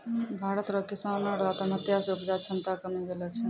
भारत रो किसानो रो आत्महत्या से उपजा क्षमता कमी गेलो छै